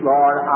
Lord